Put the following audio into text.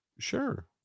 Sure